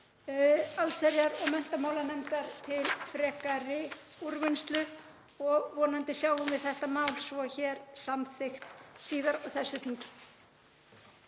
allsherjar- og menntamálanefndar til frekari úrvinnslu. Vonandi sjáum við þetta mál svo hér samþykkt síðar á þessu þingi.